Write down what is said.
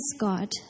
God